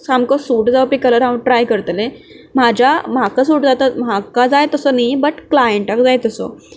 सामको सूट जावपी कलर हांव ट्राय करतलें म्हाज्या म्हाका सूट जाता म्हाका जाय तसो न्ही बट क्लायंटाक जाय तसो